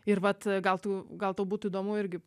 ir vat gal tu gal tau būtų įdomu irgi